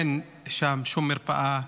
אין שם שום מרפאה,